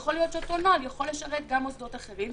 יכול להיות שאותו נוהל יוכל לשרת גם מוסדות אחרים,